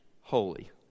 holy